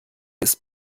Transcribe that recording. ist